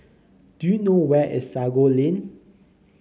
do you know where is Sago Lane